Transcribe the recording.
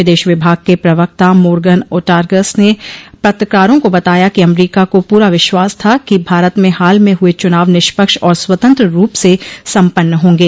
विदेश विभाग के प्रवक्ता मोर्गन ओर्टागस ने पत्रकारों को बताया कि अमरीका को पूरा विश्वास था कि भारत में हाल में हुए चुनाव निष्पक्ष और स्वतंत्र रूप से सम्पन्न होंगे